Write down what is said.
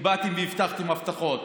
כי באתם והבטחתם הבטחות,